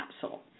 capsule